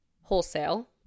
wholesale